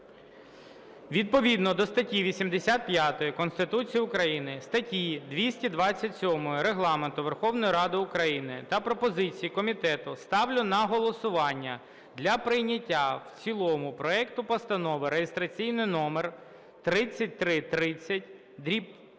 Відповідно до статті 85 Конституції України, статті 227 Регламенту Верховної Ради України та пропозиції комітету ставлю на голосування для прийняття в цілому проекту Постанови (реєстраційний номер 3330/П)